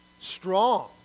Strong